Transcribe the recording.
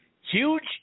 Huge